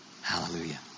Hallelujah